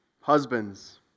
husbands